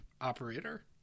operator